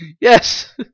Yes